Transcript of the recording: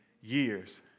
years